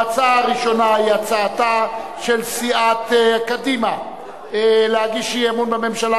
ההצעה הראשונה היא הצעתה של סיעת קדימה להגיש אי-אמון בממשלה,